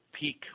peak